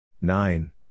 Nine